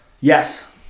Yes